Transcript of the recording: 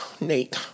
Nate